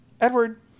Edward